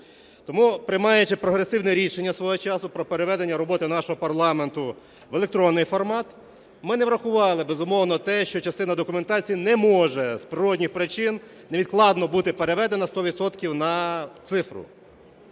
Тому, приймаючи прогресивне рішення свого часу про переведення роботи нашого парламенту в електронний формат, ми не врахували, безумовно, те, що частина документації не може з природних причин невідкладно бути переведена сто відсотків